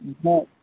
آ